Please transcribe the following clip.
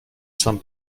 sam